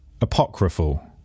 apocryphal